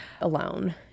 alone